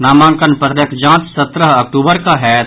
नामांकन पत्रक जांच सत्रह अक्टूबर कऽ होयत